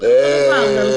זה על אותו בסיס.